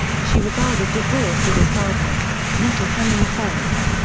she regarded divorce as a sadness, not a hanging offence.